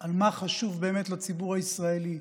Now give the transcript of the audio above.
על מה שחשוב באמת לציבור הישראלי.